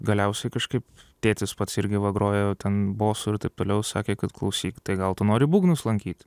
galiausiai kažkaip tėtis pats irgi va grojo ten bosu ir taip toliau sakė kad klausyk tai gal tu nori būgnus lankyt